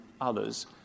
others